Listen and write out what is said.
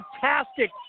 fantastic